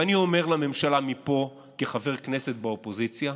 ואני אומר לממשלה מפה, כחבר כנסת באופוזיציה: